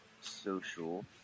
social